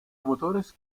motores